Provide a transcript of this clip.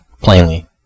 plainly